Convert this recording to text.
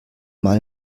mal